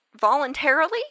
voluntarily